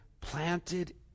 planted